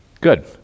Good